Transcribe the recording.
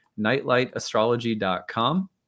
nightlightastrology.com